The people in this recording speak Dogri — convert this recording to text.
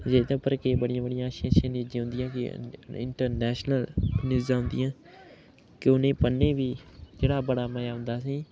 जेह्दे उप्पर केईं बड़ियां बड़ियां अच्छियां अच्छियां न्यूज़ां औंदियां इंटरनेशनल न्यूज़ां औंदियां की उ'नें ई पढ़ने बी जेह्ड़ा बड़ा मज़ा औंदा असें ई